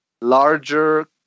larger